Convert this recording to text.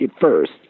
first